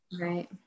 Right